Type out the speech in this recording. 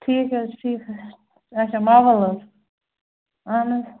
ٹھیٖک حظ چھِ ٹھیٖک حظ چھِ آچھا مَوَل حظ اہن حظ